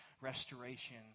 restoration